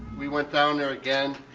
we went down there again,